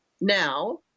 now